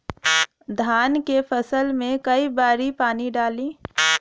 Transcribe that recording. धान के फसल मे कई बारी पानी डाली?